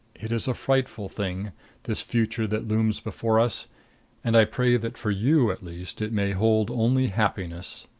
it is a frightful thing this future that looms before us and i pray that for you at least it may hold only happiness.